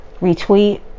retweet